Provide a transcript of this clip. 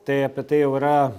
tai apie tai jau yra